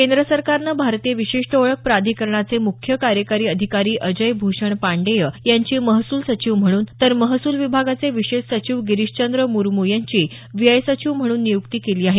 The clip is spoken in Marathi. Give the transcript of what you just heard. केंद्र सरकारनं भारतीय विशिष्ट ओळख प्राधिकरणाचे मुख्य कार्यकारी अधिकारी अजय भूषण पांडेय यांची महसूल सचिव म्हणून तर महसूल विभागाचे विशेष सचिव गिरीशचंद्र मुरमू यांची व्यय सचिव म्हणून नियुक्ती केली आहे